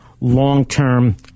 long-term